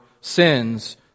sins